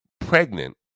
pregnant